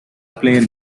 player